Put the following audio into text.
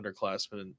underclassmen